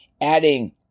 adding